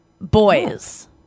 boys